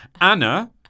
Anna